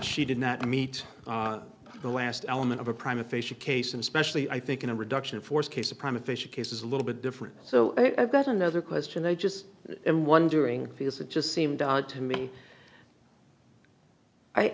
she did not meet the last element of a prime official case and especially i think in a reduction of force case a prime official case is a little bit different so i've got another question i just am wondering is it just seemed to me i